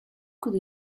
could